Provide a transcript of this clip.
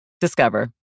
Discover